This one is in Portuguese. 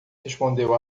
respondeu